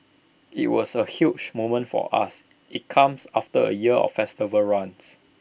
IT was A huge moment for us IT comes after A year of festival runs